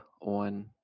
on